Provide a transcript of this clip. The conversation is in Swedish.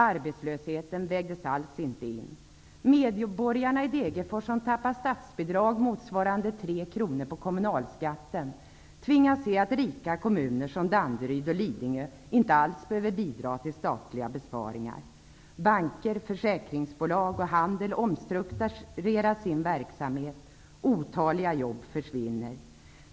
Arbetslösheten vägdes inte alls in i beslutet. Medborgarna i Degerfors, som förlorar statsbidrag motsvarande 3 kr på kommunalskatten, tvingas se att rika kommuner som Danderyd och Lidingö inte alls behöver bidra till statliga besparingar. Banker, försäkringsbolag och handel omstrukturerar sin verksamhet och otaliga jobb försvinner.